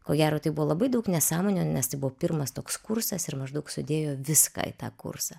ko gero tai buvo labai daug nesąmonių nes tai buvo pirmas toks kursas ir maždaug sudėjo viską į tą kursą